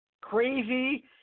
crazy